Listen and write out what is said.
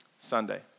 Sunday